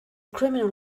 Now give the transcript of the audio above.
criminal